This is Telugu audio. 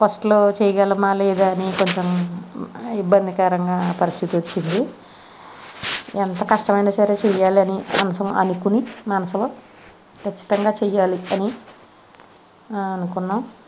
ఫస్ట్లో చేయగలమా లేదా అని కొంచెం ఇబ్బందికరంగా పరిస్థితి వచ్చింది ఎంత కష్టమైనా సరే చేయాలని మనసులో అనుకొని మనసులో ఖచ్చితంగా చేయాలి అని అనుకున్నాం